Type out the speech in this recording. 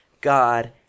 God